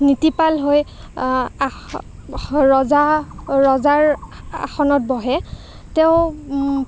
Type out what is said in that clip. নীতিপাল হৈ আ ৰজা ৰজাৰ আসনত বহে তেওঁ